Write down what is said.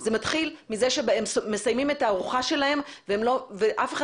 זה מתחיל מזה שהם מסיימים את הארוחה שלהם ואף אחד